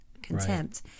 contempt